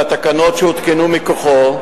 והתקנות שהותקנו מכוחו,